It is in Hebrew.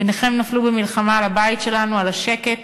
בניכם נפלו במלחמה על הבית שלנו, על השקט